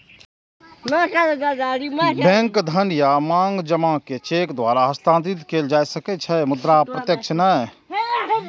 bank धन या मांग जमा कें चेक द्वारा हस्तांतरित कैल जा सकै छै, मुदा प्रत्यक्ष नहि